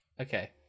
okay